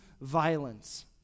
violence